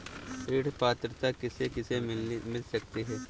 ऋण पात्रता किसे किसे मिल सकती है?